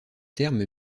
terme